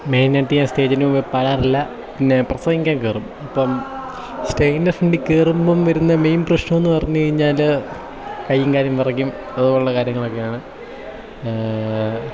മെയിനായിട്ട് ഞാൻ സ്റ്റേജിനു മുമ്പിൽ പാടാറില്ല പിന്നെ പ്രസംഗിക്കാൻ കയറും ഇപ്പം സ്റ്റേജിൻ്റെ ഫ്രണ്ടിൽ കയറുമ്പം വരുന്ന മെയിൻ പ്രശ്നം എന്ന് പറഞ്ഞു കഴിഞ്ഞാൽ കയ്യും കാലും വിറയ്ക്കും അതുപോലെയുള്ള കാര്യങ്ങളൊക്കെയാണ്